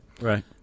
Right